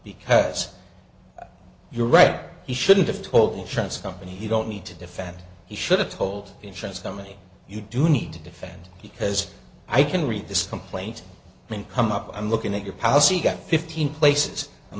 because you're right he shouldn't have told the insurance company he don't need to defend he should have told insurance company you do need to defend because i can read this complaint and come up i'm looking at your policy got fifteen places